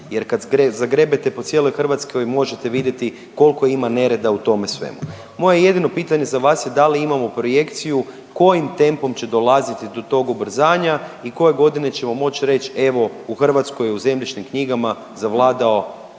jer kad zagrebete po cijeloj Hrvatskoj možete vidjeti kolko ima nereda u tome svemu. Moje jedino pitanje za vas je da li imamo projekciju kojim tempom će dolaziti do tog ubrzanja i koje godine ćemo moć reć evo u Hrvatskoj je u zemljišnim knjigama zavladao,